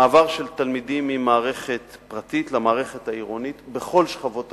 מעבר של תלמידים ממערכת פרטית למערכת העירונית בכל שכבות הגיל,